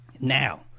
Now